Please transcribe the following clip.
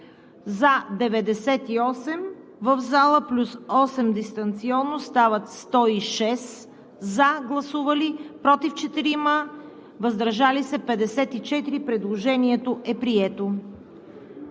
за 98 в залата плюс 8 дистанционно, стават 106, против 4, въздържали се 54. Предложението е прието.